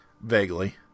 Vaguely